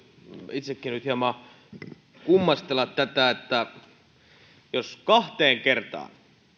itsekin nyt hieman kummastella tätä koska jos kahteen kertaan